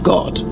God